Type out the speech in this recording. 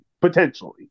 Potentially